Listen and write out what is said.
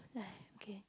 !aiya! okay